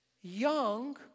young